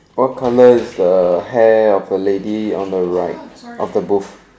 what colour is the hair of the lady on the right of the booth